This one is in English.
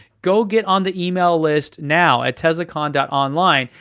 go get on the email list now, at teslacon and online.